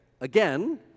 again